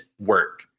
work